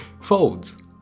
folds